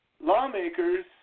Lawmakers